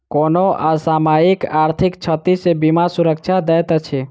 कोनो असामयिक आर्थिक क्षति सॅ बीमा सुरक्षा दैत अछि